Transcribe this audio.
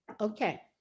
Okay